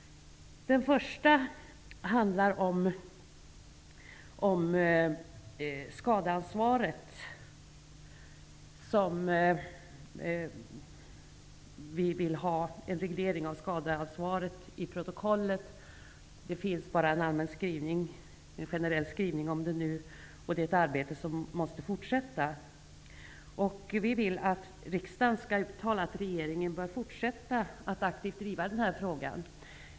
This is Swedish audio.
Den första punkten där vi har en avvikande mening gäller skadeansvaret. Vi vill att ansvaret för skador regleras i protokollet. Det finns nämligen bara en generell skrivning nu. Detta är ju ett arbete som måste fortsätta. Vi vill därför att riksdagen skall uttala att regeringen bör fortsätta att aktivt driva den här frågan.